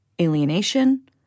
alienation